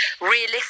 realistic